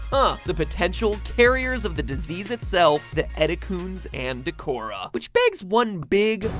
huh. the potential carriers of the disease itself, the etecoons and dachora. which begs one big,